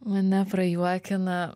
mane prajuokina